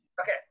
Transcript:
Okay